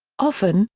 often,